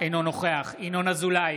אינו נוכח ינון אזולאי,